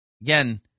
Again